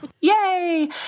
Yay